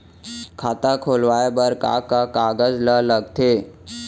खाता खोलवाये बर का का कागज ल लगथे?